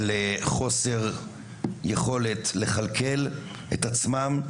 של חוסר יכולת של קשישים לכלכל את עצמם,